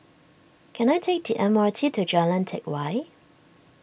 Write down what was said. can I take the M R T to Jalan Teck Whye